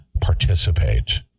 participate